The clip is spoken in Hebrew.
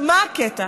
מה הקטע?